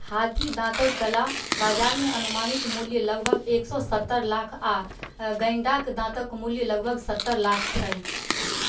हाथीदाँतके कला बजारमे अनुमानित मूल्य लगभग एक सओ सत्तरि लाख आओर गैण्डाके दाँतके मूल्य लगभग सत्तरि लाख छै छलै